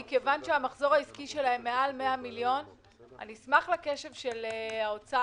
מכיוון שהמחזור העסקי שלהן מעל 100 מיליון אני אשמח לקשב של האוצר.